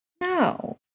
No